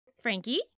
Frankie